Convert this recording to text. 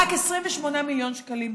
ורק 28 מיליון שקלים בוצעו.